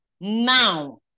now